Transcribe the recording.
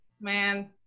man